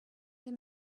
him